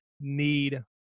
need